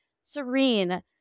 Serene